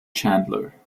chandler